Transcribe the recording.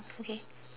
okay